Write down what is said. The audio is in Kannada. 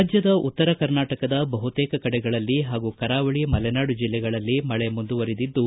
ರಾಜ್ಯದ ಉತ್ತರ ಕರ್ನಾಟಕದ ಬಹುತೇಕ ಕಡೆಗಳಲ್ಲಿ ಹಾಗೂ ಕರಾವಳಿಮಲೆನಾಡು ಜಿಲ್ಲೆಗಳಲ್ಲಿ ಮಳೆ ಮುಂದುವರೆದಿದ್ದು